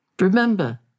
Remember